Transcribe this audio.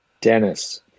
Dennis